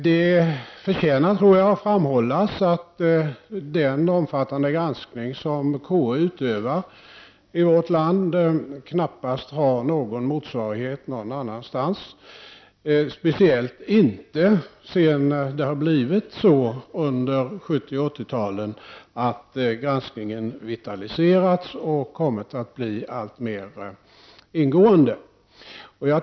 Det förtjänar att framhållas att den omfattande granskning som KU utövar i vårt land knappast har någon motsvarighet någon annanstans, speciellt inte sedan granskningen under 70 och 80-talen har vitaliserats och kommit att bli alltmer ingående.